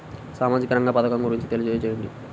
సామాజిక రంగ పథకం గురించి తెలియచేయండి?